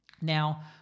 Now